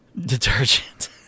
Detergent